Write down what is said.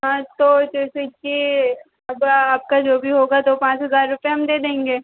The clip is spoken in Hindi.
हाँ तो जैसे कि अब आपका जो भी होगा तो पाँच हज़ार रुपये हम दे देंगे